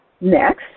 Next